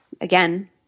again